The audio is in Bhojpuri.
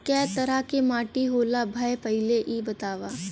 कै तरह के माटी होला भाय पहिले इ बतावा?